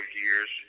years